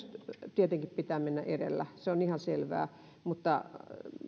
tietenkin pitää mennä se on ihan selvää mutta